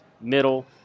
middle